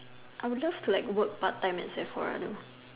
I would love to like work part time in Sephora though